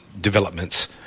developments